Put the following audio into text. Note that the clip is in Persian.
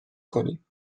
کنیم